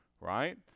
right